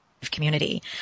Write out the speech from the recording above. Community